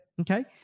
Okay